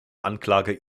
anklage